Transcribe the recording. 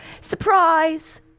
surprise